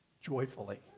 joyfully